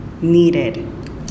Needed